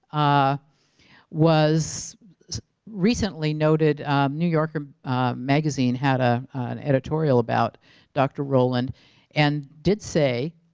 ah was recently noted new yorker magazine had ah an editorial about dr. rowland and did say,